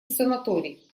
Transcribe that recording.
санаторий